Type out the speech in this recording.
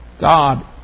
God